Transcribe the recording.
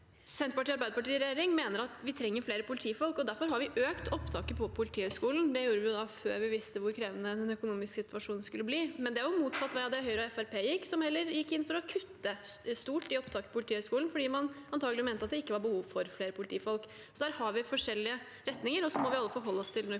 Senterpartiet og Arbeiderpartiet i regjering mener at vi trenger flere politifolk. Derfor har vi økt opptaket på Politihøgskolen. Det gjorde vi før vi visste hvor krevende den økonomiske situasjonen skulle bli, men det er jo motsatt av veien Høyre og Fremskrittspartiet gikk, som heller gikk inn for å kutte stort i opptaket på Politihøgskolen fordi man antakelig mente at det ikke var behov for flere politifolk. Der har vi forskjellige retninger, og så må vi alle forholde oss til den økonomiske situasjonen.